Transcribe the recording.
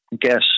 guess